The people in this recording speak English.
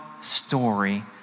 story